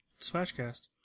Smashcast